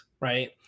Right